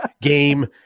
game